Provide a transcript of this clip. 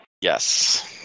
yes